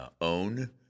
own